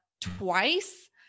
twice